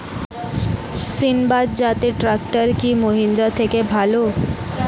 সিণবাদ জাতের ট্রাকটার কি মহিন্দ্রার থেকে ভালো?